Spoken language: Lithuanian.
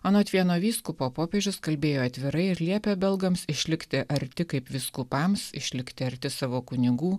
anot vieno vyskupo popiežius kalbėjo atvirai ir liepė belgams išlikti arti kaip vyskupams išlikti arti savo kunigų